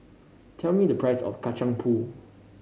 tell me the price of Kacang Pool